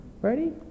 Ready